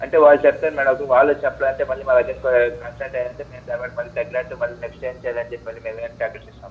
అంటే వాళ్ళు చెప్తారు మేడం వాళ్ళు చెప్పలేదంటే మళ్ళీ మా దగ్గర కన్సల్ట్ అయ్యారంటే మేము తరువాత మళ్ళీ తగ్గట్టు మళ్ళీ నెక్స్ట్ ఏమి చెయ్యాలని చెప్పి మళ్ళీ మేమే టాబ్లెట్స్ ఇస్తాము